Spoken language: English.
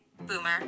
Boomer